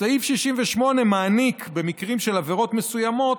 סעיף 68 מעניק, במקרים של עבירות מסוימות,